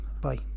Bye